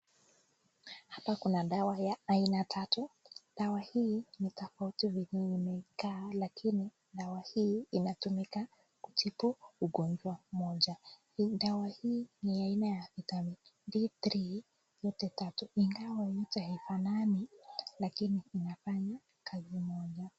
Hapa kuna dawa ya aina tatu. Dawa hii ni tofauti vile yenye imekaa, lakini dawa hii inatumika kutibu ugonjwa moja. Dawa hii ni ya aina ya Vitamini D three zote tatu. Ingawa hazifanani, lakini inafanya kazi moja.